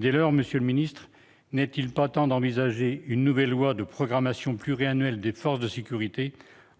secrétaire d'État, n'est-il pas temps d'envisager une nouvelle loi de programmation pluriannuelle des forces de sécurité,